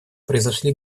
произошли